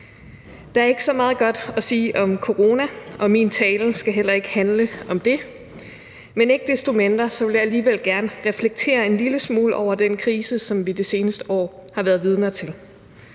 Der er ikke så meget godt at sige om corona, og min tale skal heller ikke handle om det, men ikke desto mindre vil jeg alligevel gerne reflektere en lille smule over den krise, som vi i det seneste år har været vidner til.